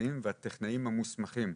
ההנדסאים והטכנאים המוסמכים.